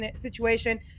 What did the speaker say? situation